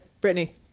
Brittany